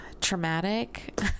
traumatic